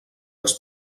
els